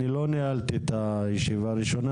אני לא ניהלתי את הישיבה הראשונה,